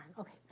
Okay